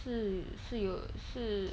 是是有是